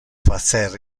facer